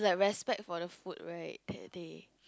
a respect for the food right that they